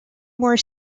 more